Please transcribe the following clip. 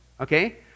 Okay